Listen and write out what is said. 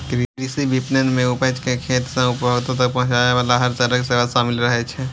कृषि विपणन मे उपज कें खेत सं उपभोक्ता तक पहुंचाबे बला हर तरहक सेवा शामिल रहै छै